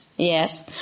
Yes